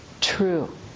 true